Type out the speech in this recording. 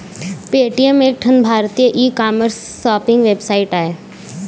Paytm एक ठन भारतीय ई कामर्स सॉपिंग वेबसाइट आय